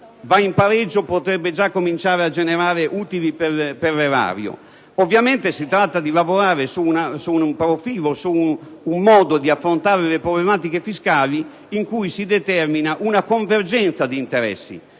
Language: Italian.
va in pareggio e potrebbe cominciare a generare utili per l'erario. Ovviamente si tratta di lavorare su un modo di affrontare le problematiche fiscali in cui si determina una convergenza di interessi